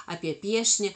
apie piešinį